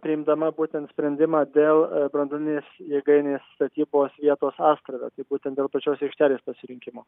priimdama būtent sprendimą dėl branduolinės jėgainės statybos vietos astrave būtent dėl pačios aikštelės pasirinkimo